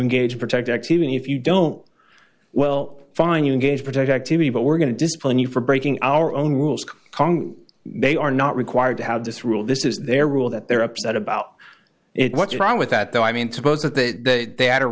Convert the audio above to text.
engage protect activity if you don't well fine you engage protect activity but we're going to discipline you for breaking our own rules they are not required to have this rule this is their rule that they're upset about it what's wrong with that though i mean suppose that they